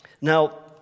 Now